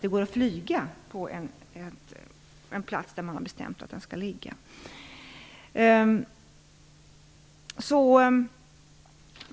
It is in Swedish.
det går att flyga där man har bestämt att en flygplats skall ligga.